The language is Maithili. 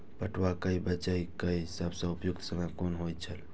पटुआ केय बेचय केय सबसं उपयुक्त समय कोन होय छल?